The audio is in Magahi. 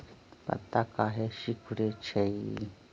पत्ता काहे सिकुड़े छई?